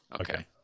Okay